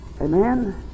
Amen